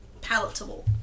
Palatable